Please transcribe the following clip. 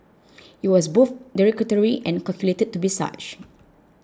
it was both derogatory and calculated to be such